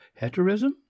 heterism